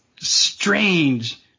strange